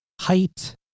height